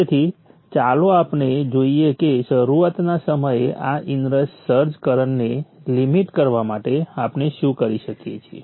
તેથી ચાલો આપણે જોઈએ કે શરુઆતના સમયે આ ઇનરશ સર્જ કરન્ટને લિમિટ કરવા માટે આપણે શું કરી શકીએ છીએ